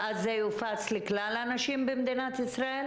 ואז זה יופץ לכלל הנשים במדינת ישראל?